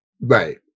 Right